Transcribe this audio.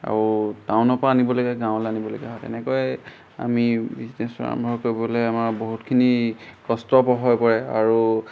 আৰু টাউনৰপৰা আনিবলগীয়া গাঁৱলৈ আনিবলগীয়া হয় তেনেকৈ আমি বিজনেছটো আৰম্ভ কৰিবলৈ আমাৰ বহুতখিনি কষ্ট প্ৰভৱ হৈ পৰে আৰু